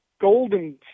golden